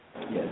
Yes